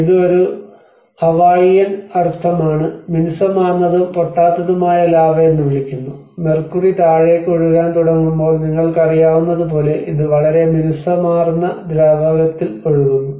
ഇത് ഒരു ഹവായിയൻ അർത്ഥം ആണ് മിനുസമാർന്നതും പൊട്ടാത്തതുമായ ലാവ എന്ന് വിളിക്കുന്നു മെർക്കുറി താഴേക്ക് ഒഴുകാൻ തുടങ്ങുമ്പോൾ നിങ്ങൾക്കറിയാവുന്നതുപോലെ ഇത് വളരെ മിനുസമാർന്ന ദ്രാവകത്തിൽ ഒഴുകുന്നു